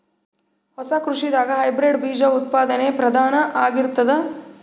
ಹೊಸ ಕೃಷಿದಾಗ ಹೈಬ್ರಿಡ್ ಬೀಜ ಉತ್ಪಾದನೆ ಪ್ರಧಾನ ಆಗಿರತದ